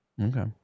Okay